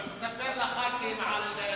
אני מציע שתספר לחברי הכנסת על תיאטרון,